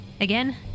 Again